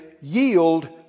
yield